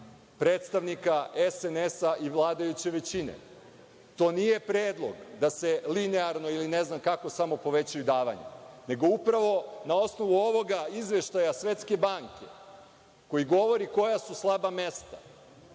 predstavnika SNS i vladajuće većine. To nije predlog da se linearni ili ne znam kako samo povećaju davanja, nego upravo na osnovu ovoga izveštaja Svetske banke koji govori koja su slaba mesta,